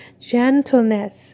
gentleness